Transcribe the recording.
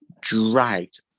dragged